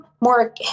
more